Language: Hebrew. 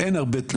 אין הרבה תלונות,